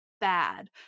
bad